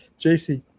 JC